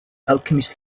alchemist